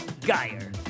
Geyer